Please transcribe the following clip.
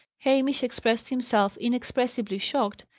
hamish expressed himself inexpressibly shocked,